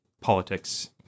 politics